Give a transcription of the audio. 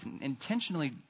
intentionally